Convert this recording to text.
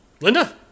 Linda